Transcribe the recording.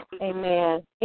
Amen